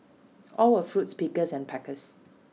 all were fruits pickers and packers